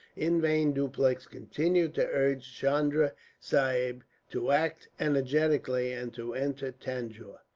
in vain dupleix continued to urge chunda sahib to act energetically, and to enter tanjore.